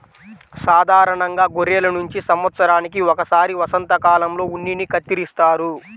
సాధారణంగా గొర్రెల నుంచి సంవత్సరానికి ఒకసారి వసంతకాలంలో ఉన్నిని కత్తిరిస్తారు